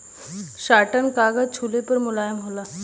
satin कागज छुले पे मुलायम होला